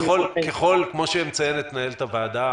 כמו שמציינת מנהלת הוועדה